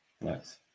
Nice